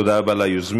תודה רבה ליוזמים.